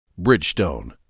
Bridgestone